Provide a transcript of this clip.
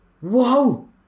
whoa